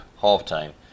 half-time